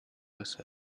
first